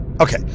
okay